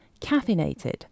Caffeinated